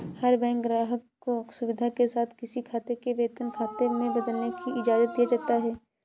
हर bank ग्राहक को सुविधा के साथ किसी खाते को वेतन खाते में बदलने की इजाजत दिया करता है